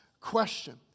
question